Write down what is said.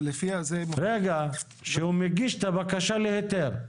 כשהוא מגיש בקשה להיתר.